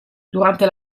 durante